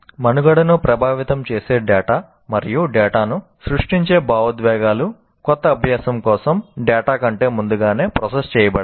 మనుగడను ప్రభావితం చేసే డేటా మరియు డేటాను సృష్టించే భావోద్వేగాలు కొత్త అభ్యాసం కోసం డేటా కంటే ముందుగానే ప్రాసెస్ చేయబడతాయి